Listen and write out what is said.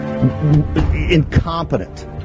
Incompetent